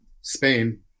spain